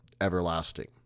Everlasting